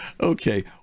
okay